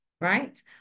right